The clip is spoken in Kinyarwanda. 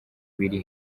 biri